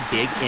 Big